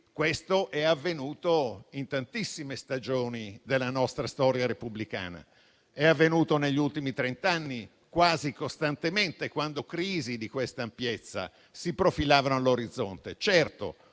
questo è avvenuto in tantissime stagioni della nostra storia repubblicana. È avvenuto negli ultimi trent'anni quasi costantemente, quando crisi di questa ampiezza si profilavano all'orizzonte; certo,